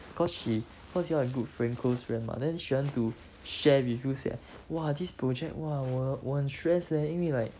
cause she cause you all are good friends close friends mah then she want to share with you sia !wah! this project !wah! 我我很 stress leh 因为 like